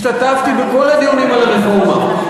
השתתפתי בכל הדיונים על הרפורמה,